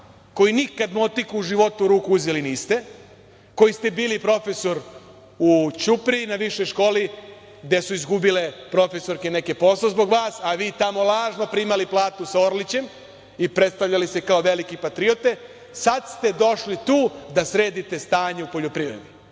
koji nikada motiku u životu u ruku uzeli niste, koji ste bili profesor u Ćupriji na višoj školi gde su izgubile profesorke neke posao zbog vas, a vi tamo lažno primali platu sa Orlićem i predstavljali se kao velike patriote. Sada ste došli tu da sredite stanje u poljoprivredi.